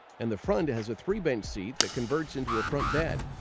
and the front has a three bench seat that converts into a front bed.